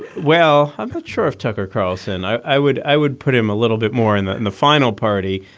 well, i'm not sure if tucker carlson. i i would i would put him a little bit more in the and the final party,